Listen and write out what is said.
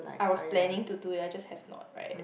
I was planning to do that I just have not right